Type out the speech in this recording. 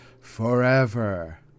forever